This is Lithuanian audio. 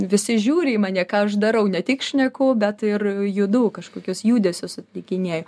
visi žiūri į mane ką aš darau ne tik šneku bet ir judu kažkokius judesius atlikinėju